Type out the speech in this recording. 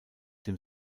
dem